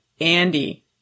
Andy